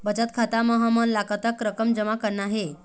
बचत खाता म हमन ला कतक रकम जमा करना हे?